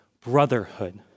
brotherhood